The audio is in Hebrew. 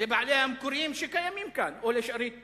לבעליה המקוריים, שקיימים כאן, או לשארית